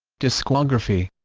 discography